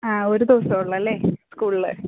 അ ഒരു ദിവസമേയുള്ളൂ അല്ലെ സ്കൂളില്